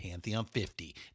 pantheon50